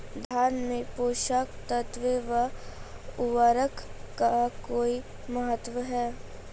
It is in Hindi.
धान में पोषक तत्वों व उर्वरक का कोई महत्व है?